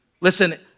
listen